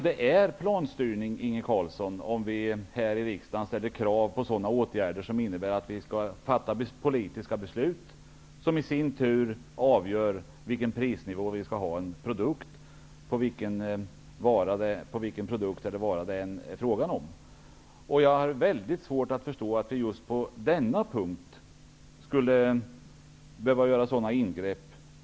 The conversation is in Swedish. Det är planstyrning, Inge Carlsson, om vi här i riksdagen ställer krav på åtgärder som innebär att vi skall fatta politiska beslut som i sin tur avgör vilken prisnivå vi skall ha på en produkt, vilken vara det än är fråga om. Jag har svårt att förstå att vi just på denna punkt skulle behöva göra sådana ingrepp.